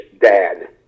dad